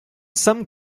some